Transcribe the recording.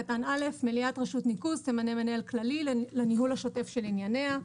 מליאת רשות ניקוז תמנה מנהל כללי לניהול השוטף של ענייניה.